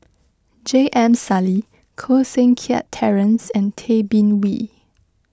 J M Sali Koh Seng Kiat Terence and Tay Bin Wee